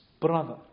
brother